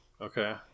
Okay